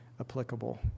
applicable